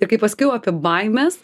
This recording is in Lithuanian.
ir kaip paskiau apie baimes